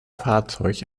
fahrzeug